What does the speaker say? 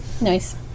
Nice